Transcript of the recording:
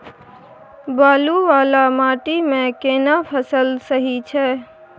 बालू वाला माटी मे केना फसल सही छै?